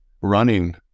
running